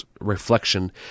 reflection